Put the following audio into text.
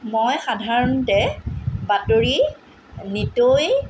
মই সাধাৰণতে বাতৰি নিতৌয়েই